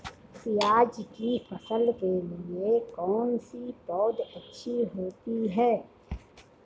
प्याज़ की फसल के लिए कौनसी पौद अच्छी होती है?